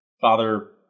Father